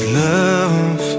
love